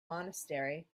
monastery